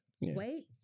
wait